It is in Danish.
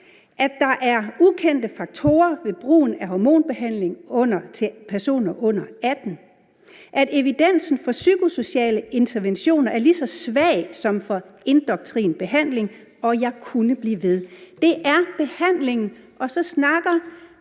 at der er ukendte faktorer ved brugen af hormonbehandling til personer under 18 år, at evidensen for psykosociale interventioner er lige så svag som for indoktrin behandling, og jeg kunne blive ved. Det er behandling, og så snakker